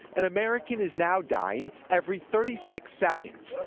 an american is now dying every thirty six seconds,